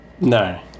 No